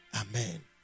Amen